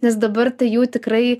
nes dabar tai jų tikrai